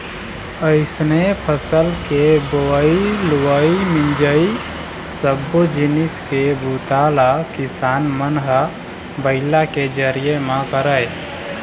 अइसने फसल के बोवई, लुवई, मिंजई सब्बो जिनिस के बूता ल किसान मन ह बइला के जरिए म करय